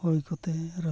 ᱦᱚᱭ ᱠᱚᱛᱮ ᱨᱟᱹᱯᱩᱫ